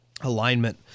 alignment